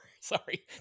Sorry